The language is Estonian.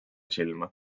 silma